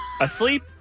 asleep